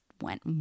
went